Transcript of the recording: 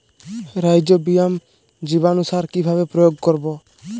Rhizobium জীবানুসার কিভাবে প্রয়োগ করব?